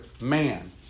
man